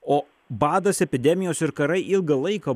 o badas epidemijos ir karai ilgą laiką